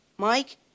Mike